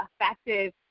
effective